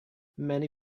many